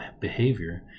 behavior